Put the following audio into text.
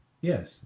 Yes